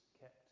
kept